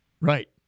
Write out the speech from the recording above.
Right